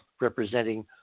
representing